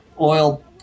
oil